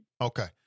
Okay